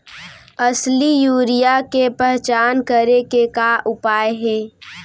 असली यूरिया के पहचान करे के का उपाय हे?